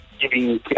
giving